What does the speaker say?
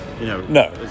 No